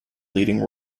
leading